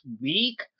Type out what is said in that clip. week